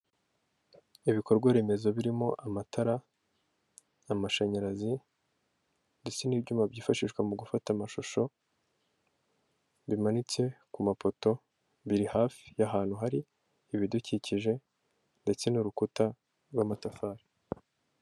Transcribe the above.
Ibikorwa remezo birimo: amatara, amashanyarazi ndetse n'ibyuma byifashishwa mu gufata amashusho, bimanitse ku mapoto biri hafi y'ahantu hari ibidukikije ndetse n'urukuta rw'amatafari.